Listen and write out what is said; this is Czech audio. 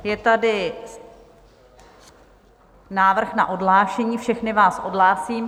Je tady návrh na odhlášení, všechny vás odhlásím.